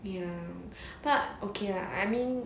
ya but okay lah I mean